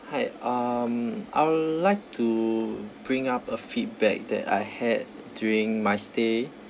hi um I'll like to bring up a feedback that I had during my stay